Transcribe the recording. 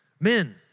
Men